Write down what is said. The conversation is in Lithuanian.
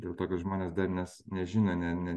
dėl to kad žmonės dar nes nežino ne ne